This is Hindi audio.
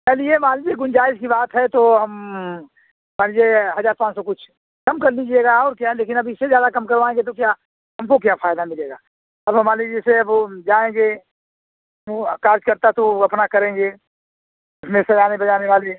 चलिए मान लीजिए गुंजाइश की बात है तो हम मान लीजिए हजार पाँच सौ कुछ कम कर दीजिएगा और क्या लेकिन अब इससे ज्यादा कम करवाएँगे तो क्या हमको क्या फायदा मिलेगा अब मान लीजिए जैसे अब ओ जाएँगे ओ काजकर्ता तो वो अपना करेंगे उसमें सजाने बजाने वाले